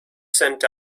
sent